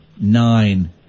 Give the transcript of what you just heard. nine